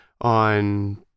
on